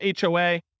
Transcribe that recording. HOA